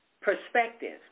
perspective